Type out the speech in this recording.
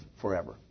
forever